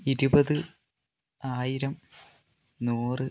ഇരുപത് ആയിരം നൂറ്